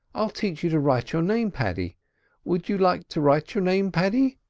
i'll teach you to write your name, paddy would you like to write your name, paddy?